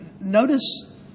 Notice